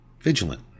vigilant